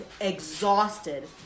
exhausted